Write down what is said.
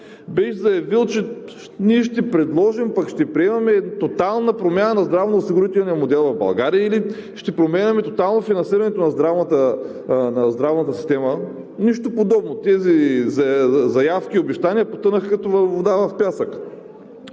би заявил: ние ще предложим, пък ще приемем тотална промяна на здравноосигурителния модел в България, или ще променяме тотално финансирането на здравната система. Нищо подобно! Тези заявки, обещания потънаха като вода в пясък.